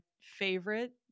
favorite